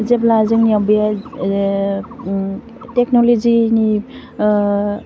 जेब्ला जोंनियाव बे टेक्न'ल'जिनि